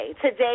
Today